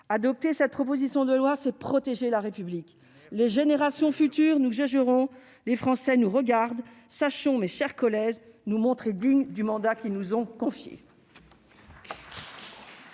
adopter cette proposition de loi, c'est protéger la République. Les générations futures nous jugeront, les Français nous regardent, sachons, mes chers collègues, nous montrer dignes du mandat qu'ils nous ont confié.